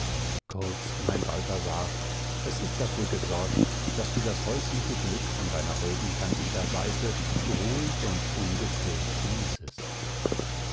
kurz mein balthasar es ist dafür gesorgt daß du das häusliche glück an deiner holden candida seite ruhig und ungestört genießest